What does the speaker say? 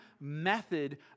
method